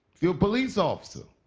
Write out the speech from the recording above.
you're a police officer.